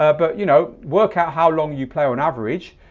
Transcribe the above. ah but you know work out how long you play on average.